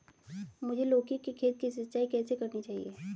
मुझे लौकी के खेत की सिंचाई कैसे करनी चाहिए?